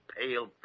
pale